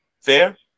fair